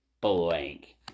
blank